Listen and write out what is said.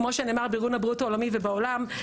כמו שנאמר בארגון הבריאות העולמי ובעולם,